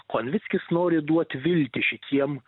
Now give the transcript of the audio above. konvickis nori duot viltį šitiem